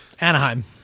Anaheim